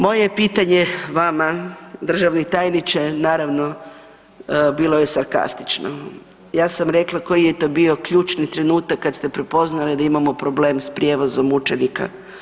Moje je pitanje vama državni tajniče naravno bilo je sarkastično, ja sam rekla koji je to bio ključni trenutak kad ste prepoznali da imamo problem s prijevozom učenika.